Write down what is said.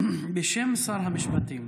בשם שר המשפטים.